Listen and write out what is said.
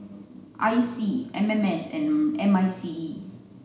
I C M M S and M I C E